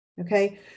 okay